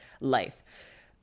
life